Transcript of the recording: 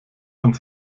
uns